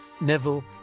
Neville